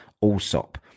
Allsop